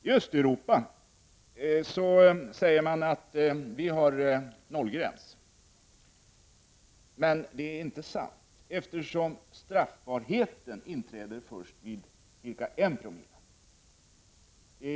I Östeuropa säger man att man har nollgräns. Men det är inte sant, eftersom straffbarheten inträder först vid ca 1960.